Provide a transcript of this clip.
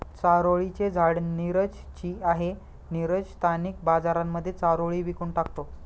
चारोळी चे झाड नीरज ची आहे, नीरज स्थानिक बाजारांमध्ये चारोळी विकून टाकतो